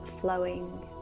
flowing